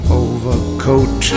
overcoat